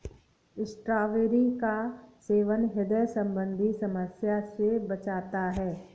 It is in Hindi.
स्ट्रॉबेरी का सेवन ह्रदय संबंधी समस्या से बचाता है